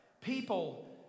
people